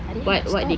adik stop